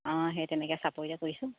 অঁ সেই তেনেকৈ চাপৰিতে কৰিছোঁ